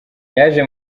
yaje